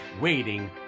waiting